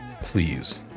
please